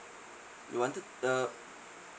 you wanted uh